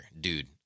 dude